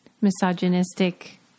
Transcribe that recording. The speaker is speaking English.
misogynistic